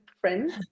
friends